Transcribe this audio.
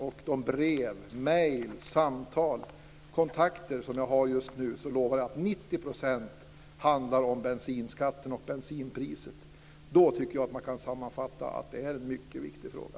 Av de brev, mejl, samtal och kontakter som jag får just nu lovar jag att 90 procent handlar om bensinskatten och bensinpriset. Då tycker jag att man kan göra sammanfattningen att det här är en mycket viktig fråga.